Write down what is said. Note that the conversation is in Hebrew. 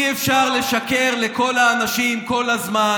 אי-אפשר לשקר לכל האנשים כל הזמן.